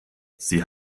sie